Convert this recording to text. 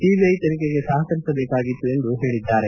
CBI ತನಿಖೆಗೆ ಸಹಕರಿಸಬೇಕಾಗಿತ್ತು ಎಂದು ಹೇಳಿದ್ದಾರೆ